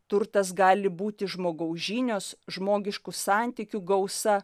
turtas gali būti žmogaus žinios žmogiškų santykių gausa